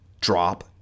drop